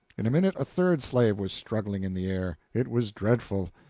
in a minute a third slave was struggling in the air. it was dreadful.